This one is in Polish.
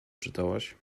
czytałaś